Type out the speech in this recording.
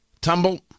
tumble